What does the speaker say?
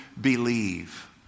believe